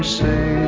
say